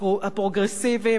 הפרוגרסיביים והצודקים,